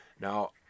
now